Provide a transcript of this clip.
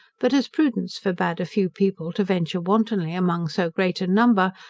but as prudence forbade a few people to venture wantonly among so great a number,